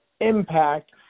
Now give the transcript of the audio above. impact